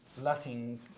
Latin